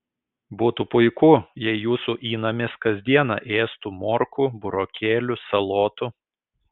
būtų puiku jei jūsų įnamis kas dieną ėstų morkų burokėlių salotų